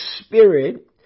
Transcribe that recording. Spirit